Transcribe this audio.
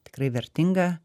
tikrai vertingą